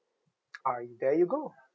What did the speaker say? ah there you go